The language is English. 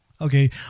Okay